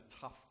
tough